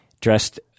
dressed